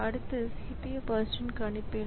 அடுத்த CPUபர்ஸ்ட் ன் கணிப்பில்